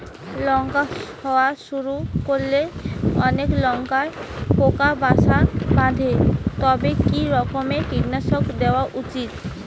লঙ্কা হওয়া শুরু করলে অনেক লঙ্কায় পোকা বাসা বাঁধে তবে কি রকমের কীটনাশক দেওয়া উচিৎ?